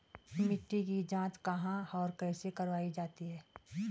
मिट्टी की जाँच कहाँ और कैसे करवायी जाती है?